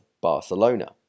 Barcelona